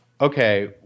okay